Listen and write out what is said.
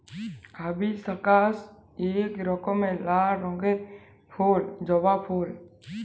hibiscus ইক রকমের লাল রঙের ফুল জবা ফুল